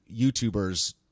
YouTubers